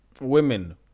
women